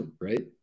right